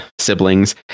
siblings